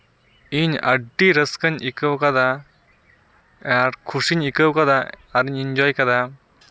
ᱤᱧ ᱟᱹᱰᱤ ᱨᱟᱹᱥᱠᱟᱹᱧ ᱟᱹᱭᱠᱟᱹᱣ ᱠᱟᱫᱟ ᱟᱨ ᱠᱷᱩᱥᱤᱧ ᱟᱹᱭᱠᱟᱹᱣ ᱠᱟᱫᱟ ᱟᱨᱤᱧ ᱤᱱᱡᱚᱭ ᱠᱟᱫᱟ